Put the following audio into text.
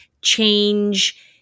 change